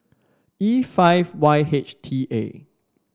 E five Y H T A